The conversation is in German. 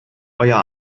euer